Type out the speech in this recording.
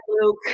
Luke